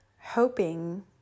hoping